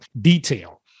detail